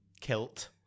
kilt